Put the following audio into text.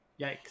Yikes